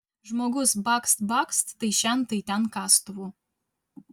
žmogus bakst bakst tai šen tai ten kastuvu